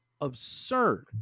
absurd